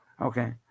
Okay